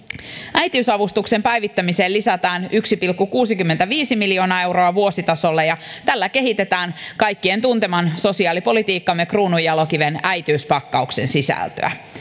äitiysavustuksen päivittämiseen lisätään yksi pilkku kuusikymmentäviisi miljoonaa euroa vuositasolla ja tällä kehitetään kaikkien tunteman sosiaalipolitiikkamme kruununjalokiven äitiyspakkauksen sisältöä